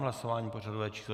Hlasování pořadové číslo 494.